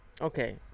okay